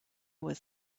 was